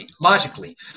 Logically